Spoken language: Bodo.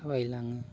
थाबायलाङो